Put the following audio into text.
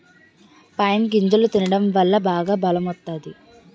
pine గింజలు తినడం వల్ల బాగా బలం వత్తాది